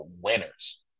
winners